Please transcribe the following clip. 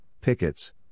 pickets